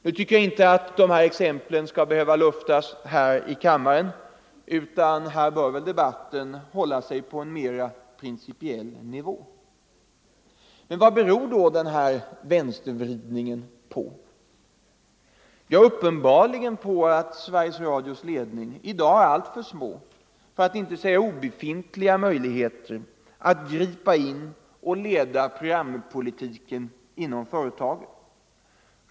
Nu tycker jag inte att exemplen skall behöva luftas här i kammaren, utan här bör debatten hålla sig på en mera principiell nivå. Vad beror då denna vänstervridning på? Ja, uppenbarligen på att Sve 69 riges Radios ledning i dag har alltför små, för att inte säga obefintliga, möjligheter att gripa in och leda programpolitiken inom företaget.